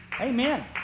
Amen